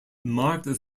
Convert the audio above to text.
marked